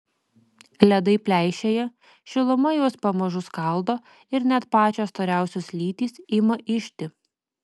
ledai pleišėja šiluma juos pamažu skaldo ir net pačios storiausios lytys ima ižti